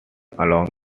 along